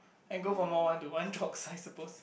and go for more one to one talks I suppose